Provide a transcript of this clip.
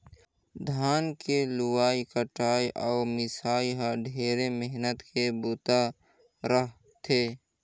धान के लुवई कटई अउ मिंसई ह ढेरे मेहनत के बूता रह थे